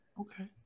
Okay